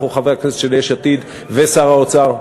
אנחנו חברי הכנסת של יש עתיד ושר האוצר,